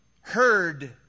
heard